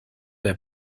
der